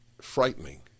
frightening